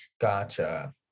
Gotcha